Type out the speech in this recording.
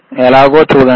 ఎలాగో చూడండి